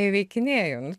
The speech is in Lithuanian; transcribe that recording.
įveikinėju nu